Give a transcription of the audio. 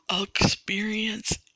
experience